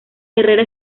herrera